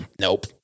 Nope